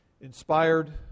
inspired